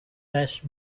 fleshed